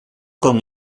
con